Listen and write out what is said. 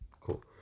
cool